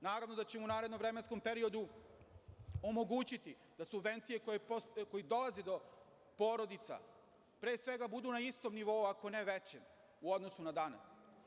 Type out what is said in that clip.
Naravno da ćemo u narednom vremenskom periodu omogućiti da subvencije koje dolaze do porodica pre svega budu na istom nivou, ako ne i većem u odnosu na danas.